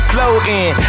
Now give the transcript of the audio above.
Floating